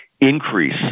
increase